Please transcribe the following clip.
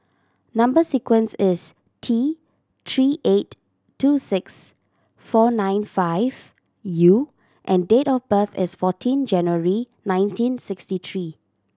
number sequence is T Three eight two six four nine five U and date of birth is fourteen January nineteen sixty three